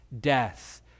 death